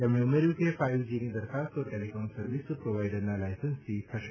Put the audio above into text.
તેમણે ઉમેર્યું કે ફાઇવ જીની દરખાસ્તો ટેલિકોમ સર્વિસ પ્રોવાઇડરના લાયસન્સથી થશે